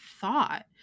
thought